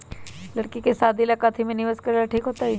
लड़की के शादी ला काथी में निवेस करेला ठीक होतई?